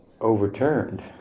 overturned